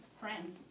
friends